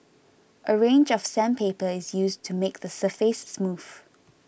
a range of sandpaper is used to make the surface smooth